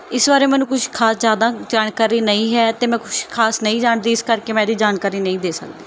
ਇਸ ਬਾਰੇ ਮੈਨੂੰ ਕੁਝ ਖਾਸ ਜ਼ਿਆਦਾ ਜਾਣਕਾਰੀ ਨਹੀਂ ਹੈ ਅਤੇ ਮੈਂ ਕੁਝ ਖਾਸ ਨਹੀਂ ਜਾਣਦੀ ਇਸ ਕਰਕੇ ਮੈਂ ਇਹਦੀ ਜਾਣਕਾਰੀ ਨਹੀਂ ਦੇ ਸਕਦੀ